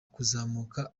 kuzamuka